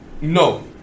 No